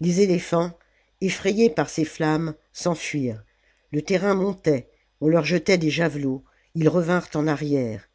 les éléphants effrayés par ces flammes s'enfuirent le terrain montait on leur jetait des javelots ils revinrent en arrière